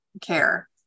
care